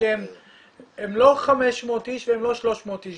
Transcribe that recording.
שהם לא 500 איש והם לא 300 איש,